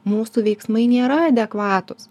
mūsų veiksmai nėra adekvatūs